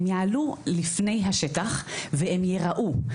הם יעלו לפני השטח והם יראו.